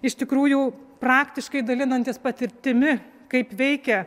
iš tikrųjų praktiškai dalinantis patirtimi kaip veikia